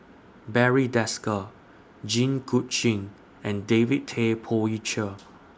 Barry Desker Jit Koon Ch'ng and David Tay Poey Cher